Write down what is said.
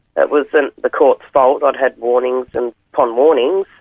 that wasn't the court's fault i'd had warnings and upon warnings,